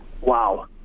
wow